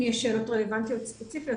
אם יש שאלות רלוונטיות ספציפיות,